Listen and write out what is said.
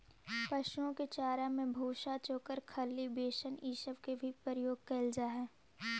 पशुओं के चारा में भूसा, चोकर, खली, बेसन ई सब के भी प्रयोग कयल जा हई